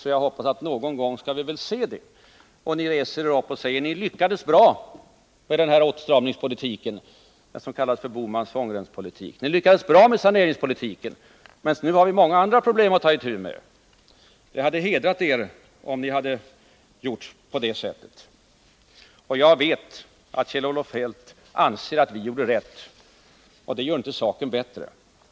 så jag hoppas att vi någon gång skall få se slutet på klanket och att ni reser er upp och säger att ni lyckades bra med er åtstramningspolitik — den så kallade Bohmanska svångremspolitiken — att ni lyckades bra med saneringspolitiken men att det nu finns många andra problem att ta itu med. Det hade hedrat er om ni hade gjort på det sättet. Jag vet att Kjell-Olof Feldt anser att vi gjorde rätt, och det gör inte saken bättre.